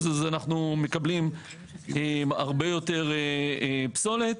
אז אנחנו מקבלים הרבה יותר פסולת.